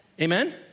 Amen